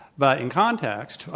but in context,